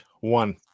one